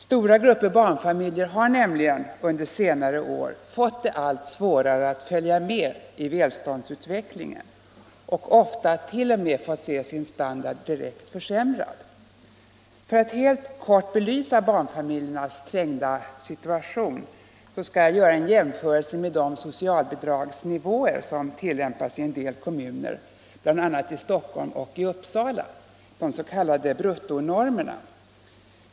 Stora grupper barnfamiljer har nämligen under senare år fått det allt svårare att följa med i välståndsutvecklingen och ofta t.o.m. fått se sin standard direkt försämrad. För att helt kort belysa barnfamiljernas trängda situation skall jag göra en jämförelse med de socialbidragsnivåer som tillämpas i en del kommuner, bl.a. i Stockholm och i Uppsala, de s.k. bruttonormerna.